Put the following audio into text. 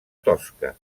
tosca